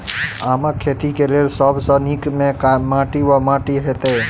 आमक खेती केँ लेल सब सऽ नीक केँ माटि वा माटि हेतै?